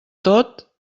tot